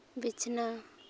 ᱵᱤᱪᱷᱱᱟᱹ